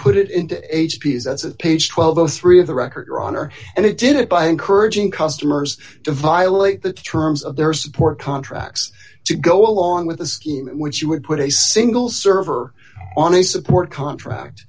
put it into h p s as page twelve o three of the record your honor and it did it by encouraging customers to violate the terms of their support contract to go along with the scheme which you would put a single server on a support contract